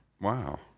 Wow